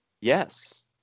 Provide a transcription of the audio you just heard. Yes